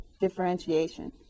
differentiation